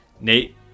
nate